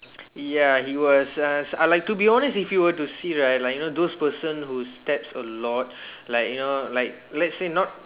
ya he was uh like to be honest if you were to see right like you know those person who steps a lot like you know like let's say not